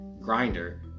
Grinder